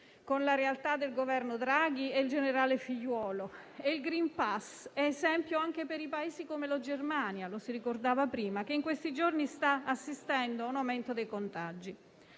con la realtà del Governo Draghi e del generale Figliuolo, e il *green pass* è esempio anche per Paesi come la Germania (lo si ricordava prima), che in questi giorni sta assistendo a un aumento dei contagi.